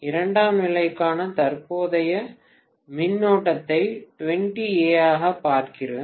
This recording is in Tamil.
இரண்டாம் நிலைக்கான தற்போதைய மின்னோட்டத்தை 20 A ஆகப் பார்க்கிறேன்